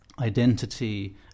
Identity